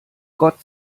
gott